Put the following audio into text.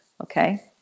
Okay